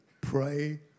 pray